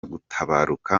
gutabaruka